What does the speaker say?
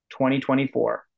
2024